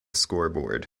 scoreboard